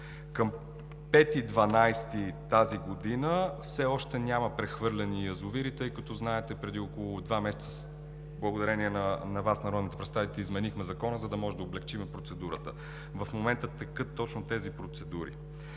декември тази година все още няма прехвърлени язовири, тъй като знаете, че преди около два месеца, благодарение на Вас – народните представители, изменихме Закона, за да можем да облекчим процедурата. В момента текат точно тези процедури.